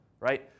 right